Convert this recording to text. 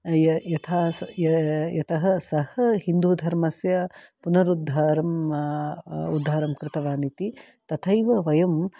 यथा यतः सः हिन्दूधर्मस्य पुनरुद्धारणम् उद्धारणं कृतवान् इति तथैव वयं